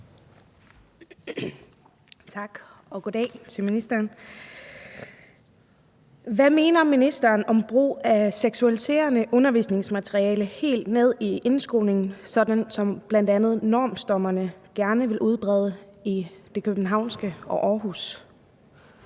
Tak, og goddag til ministeren. Hvad mener ministeren om brug af seksualiserende undervisningsmateriale helt ned i indskolingen, sådan som bl.a. Normstormerne gerne vil udbrede det i København og Aarhus?